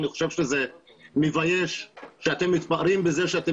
אני חושב שזה מבייש שאתם מתפארים בזה שאתם